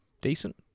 decent